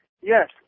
Yes